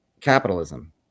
Capitalism